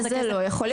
אז זה לא יכול להיות.